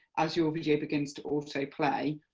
as your video begins to auto play,